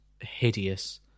hideous